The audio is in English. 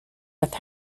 with